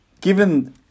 given